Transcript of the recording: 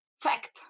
fact